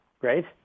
Great